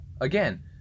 again